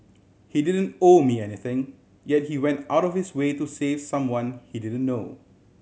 he didn't owe me anything yet he went out of his way to save someone he didn't know